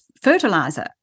fertilizer